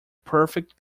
perfect